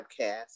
podcast